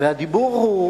והדיבור הוא